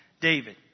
David